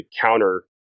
counter